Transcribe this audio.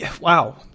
Wow